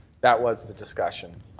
that was the discussion.